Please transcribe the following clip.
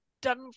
done